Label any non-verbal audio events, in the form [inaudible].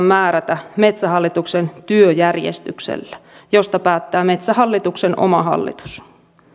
[unintelligible] määrätä metsähallituksen työjärjestyksellä josta päättää metsähallituksen oma hallitus